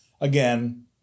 Again